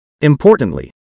Importantly